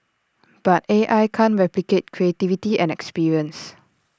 but A I can't replicate creativity and experience